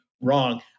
wrong